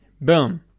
boom